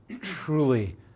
truly